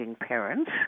parents